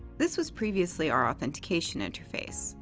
this was previously our authentication interface,